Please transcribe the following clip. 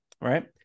right